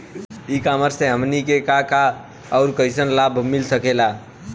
ई कॉमर्स से हमनी के का का अउर कइसन लाभ मिल सकेला?